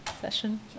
session